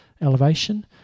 elevation